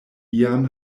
ian